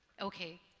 okay